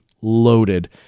loaded